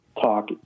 talk